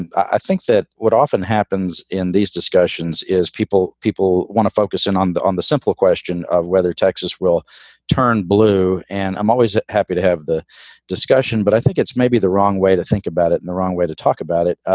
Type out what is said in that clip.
and i think that what often happens in these discussions is people people want to focus in on the on the simple question of whether texas will turn blue. and i'm always happy to have the discussion, but i think it's maybe the wrong way to think about it in the wrong way to talk about it,